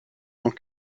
tant